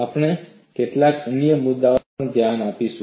આપણે કેટલાક અન્ય મુદ્દાઓ પર પણ ધ્યાન આપીશું